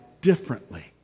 differently